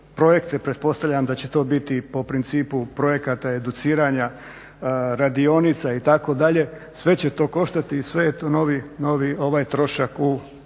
projekte pretpostavljam da će to biti po principu projekata, educiranja radionica itd. sve će to koštati i sve je to novi trošak u